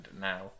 now